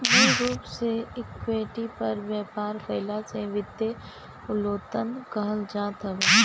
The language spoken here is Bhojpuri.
मूल रूप से इक्विटी पर व्यापार कईला के वित्तीय उत्तोलन कहल जात हवे